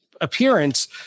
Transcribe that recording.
appearance